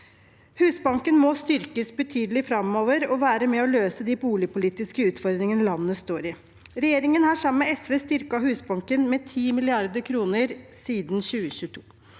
Husbanken må styrkes betydelig framover og være med og løse de boligpolitiske utfordringene landet står i. Regjeringen har sammen med SV styrket Husbanken med 10 mrd. kr siden 2022.